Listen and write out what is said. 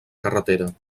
carretera